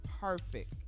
perfect